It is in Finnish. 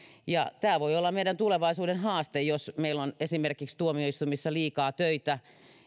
tämä voi olla meidän tulevaisuuden haaste jos meillä on esimerkiksi tuomioistuimissa liikaa töitä